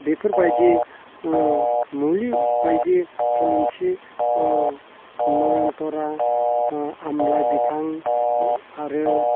बेफोरबायदि मुलि बायदि थुलुंसि नयनतरा आमलाइ बिफां आरो